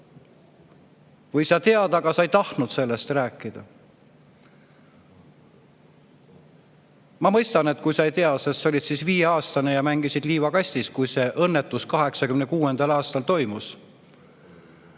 või sa tead, aga sa ei tahtnud sellest rääkida. Ma mõistan, kui sa ei tea, sest sa olid viieaastane ja mängisid liivakastis, kui see õnnetus 1986. aastal toimus.